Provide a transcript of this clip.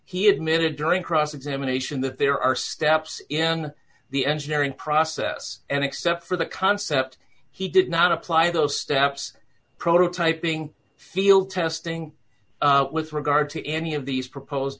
he admitted during cross examination that there are steps in the engineering process and except for the concept he did not apply those steps prototyping field testing with regard to any of these proposed